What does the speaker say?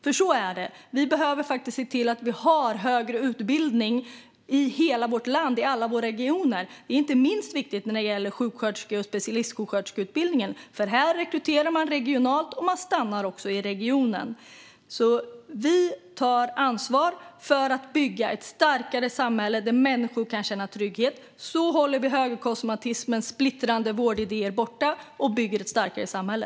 För så är det: Vi behöver faktiskt se till att vi har högre utbildning i hela vårt land och i alla våra regioner. Detta är inte minst viktigt när det gäller sjuksköterske och specialistsjuksköterskeutbildningen. Här rekryteras det regionalt, och man stannar också i regionen. Vi tar ansvar för att bygga ett starkare samhälle där människor kan känna trygghet. Så håller vi högerkonservatismens splittrande vårdidéer borta och bygger ett starkare samhälle.